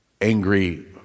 angry